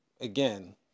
again